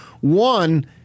One